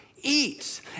eats